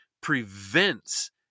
prevents